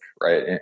right